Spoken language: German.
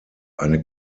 eine